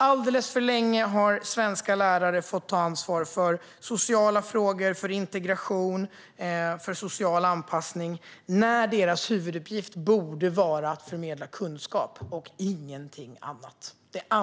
Alldeles för länge har svenska lärare fått ta ansvar för sociala frågor, för integration och för social anpassning när deras huvuduppgift borde vara att förmedla kunskap och inget annat. Det andra får vi på köpet.